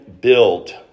build